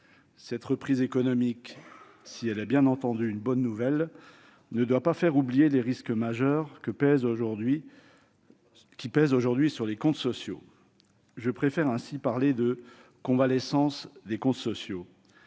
Cette reprise économique, si elle est bien entendu une bonne nouvelle, ne doit pas faire oublier les risques majeurs qui pèsent aujourd'hui sur les comptes sociaux. Je préfère ainsi parler de « convalescence » des comptes sociaux